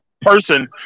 person